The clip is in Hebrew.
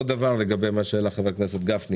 לגבי מה שהעלה חבר הכנסת גפני